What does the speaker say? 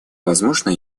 возможно